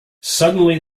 suddenly